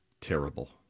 terrible